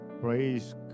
Praise